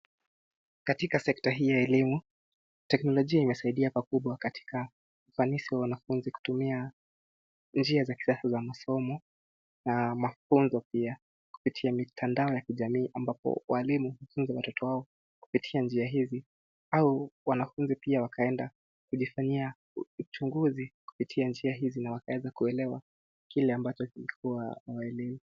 Katika sekta hii ya elimu, teknolojia inasaidia pakubwa katika ufanisi wa wanafunzi kutumia njia za kisasa za masomo na mafunzo pia kupitia mitandao ya kijamii ambapo walimu hufunza watoto wao kupitia njia hizi, au wanafunzi pia wakaenda kujifanyia uchunguzi kupitia njia hizi na wakaweza kuelewa kila ambacho hawaelewi.